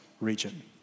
region